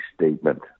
statement